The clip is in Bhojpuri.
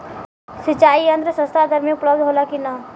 सिंचाई यंत्र सस्ता दर में उपलब्ध होला कि न?